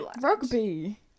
rugby